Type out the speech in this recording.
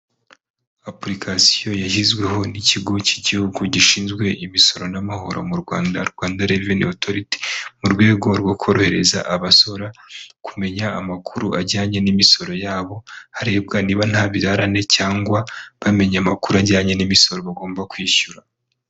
Apulikasiyo yashyizweho n'ikigo cy'igihugu gishinzwe imisoro n'amahoro mu Rwanda Rwanda Reveni Otoriti. Mu rwego rwo korohereza abasora, kumenya amakuru ajyanye n'imisoro yabo, harebwa niba nta birararane cyangwa bamenye amakuru ajyanye n'imisoro bagomba kwishyura.